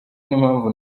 n’impamvu